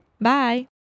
Bye